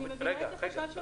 אני מבינה את החשש של כולם.